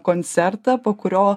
koncertą po kurio